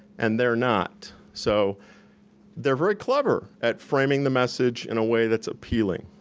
and they're not. so they're very clever at framing the message in a way that's appealing.